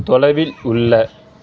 தொலைவில் உள்ள